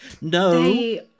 No